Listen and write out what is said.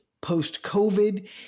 post-COVID